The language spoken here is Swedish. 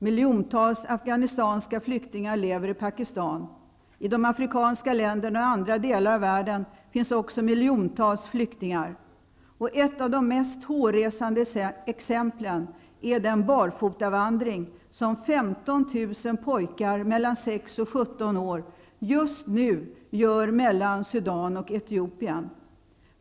Miljontals afghanistanska flyktingar lever i Pakistan. I de afrikanska länderna och i andra delar av världen finns också miljontals flyktingar. Ett av de mest hårresande exemplen är den barfotavandring som 15 000 pojkar mellan sex och sjutton år just nu gör mellan Sudan och Etiopien.